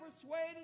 persuaded